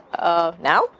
now